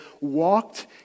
walked